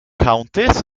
counties